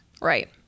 Right